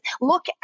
Look